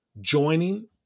joining